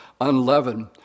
unleavened